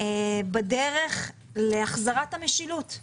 בדרך להחזרת המשילות,